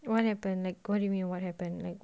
what happened next what do you mean what happen like